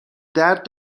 درد